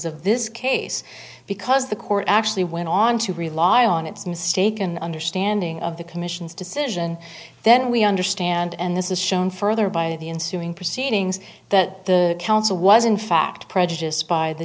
of this case because the court actually went on to rely on its mistaken understanding of the commission's decision then we understand and this is shown further by the ensuing proceedings that the council was in fact prejudiced by the